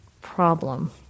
problem